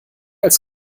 als